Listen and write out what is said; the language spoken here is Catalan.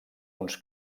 uns